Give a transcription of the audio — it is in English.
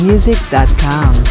Music.com